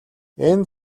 энэ